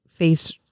Face